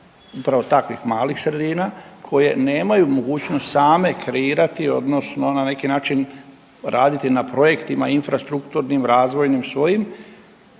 takvih malih sredina koje nemaju mogućnost same kreirati odnosno na neki način raditi na projektima infrastrukturnim, razvojnim svojim